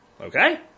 Okay